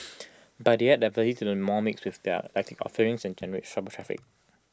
but they add diversity to the mall mix with their eclectic offerings and generate shopper traffic